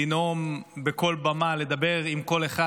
לנאום בכל במה, לדבר עם כל אחד.